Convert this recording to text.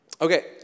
okay